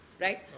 right